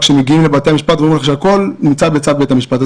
כשמגיעים לבתי המשפט ואומרים שהכול נמצא בצו בית משפט.